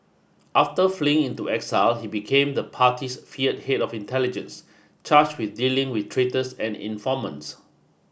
after fleeing into exile he became the party's fear head of intelligence charged with dealing with traitors and informants